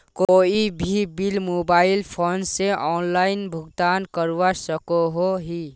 कोई भी bill mobile phone से ऑनलाइन भुगतान करवा सकोहो ही?